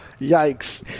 Yikes